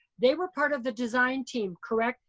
they were part of the design team, correct?